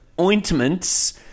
ointments